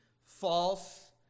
false